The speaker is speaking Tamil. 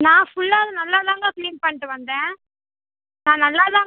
நான் ஃபுல்லாக அதை நல்லாதாங்க கிளீன் பண்ணிவிட்டு வந்தேன் நான் நல்லாதான்